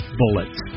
bullets